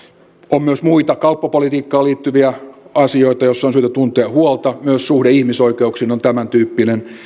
on myös muita kauppapolitiikkaan liittyviä asioita joista on syytä tuntea huolta myös suhde ihmisoikeuksiin on tämän tyyppinen